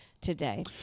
today